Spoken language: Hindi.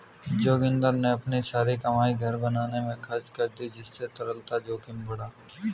जोगिंदर ने अपनी सारी कमाई घर बनाने में खर्च कर दी जिससे तरलता जोखिम बढ़ा